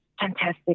fantastic